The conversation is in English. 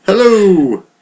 Hello